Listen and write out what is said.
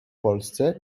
polsce